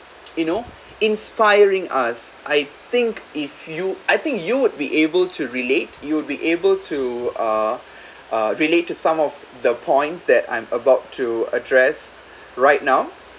you know inspiring us I think if you I think you would be able to relate you would be able to uh uh relate to some of the points that I'm about to address right now